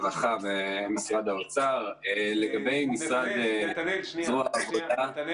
מתוך משהו כמו 490. לכלל האוכלוסיות מרקע